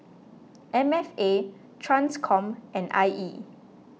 M F A Transcom and I E